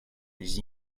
des